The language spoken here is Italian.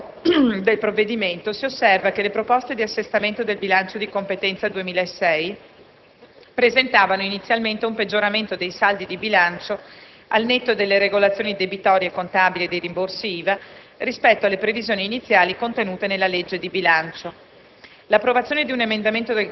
Entrando nel merito del provvedimento, si osserva che le proposte di assestamento del bilancio di competenza 2006 presentavano inizialmente un peggioramento dei saldi di bilancio al netto delle regolazioni debitorie, contabili e dei rimborsi IVA, rispetto alle previsioni iniziali contenute nella legge di bilancio.